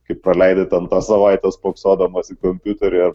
kaip praleidai ten tą savaitę spoksodamas į kompiuterį ar